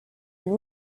and